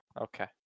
Okay